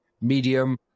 medium